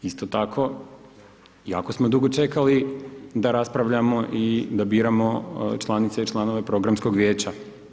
Isto tako, jako smo dugo čekali da raspravljamo i da biramo članice i članove programskog vijeća.